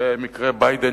ראה מקרה ביידן,